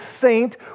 saint